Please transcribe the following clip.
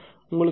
உங்களுக்கு 0